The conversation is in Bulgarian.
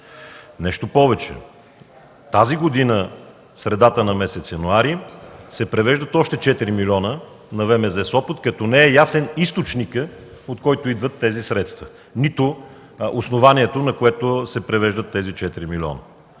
Нещо повече, тази година в средата на месец януари се превеждат още 4 милиона на ВМЗ – Сопот, като не е ясен източникът, от който идват тези средства, нито основанието, на което се превеждат тези 4 милиона.